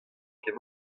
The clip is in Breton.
ket